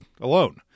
alone